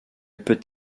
peut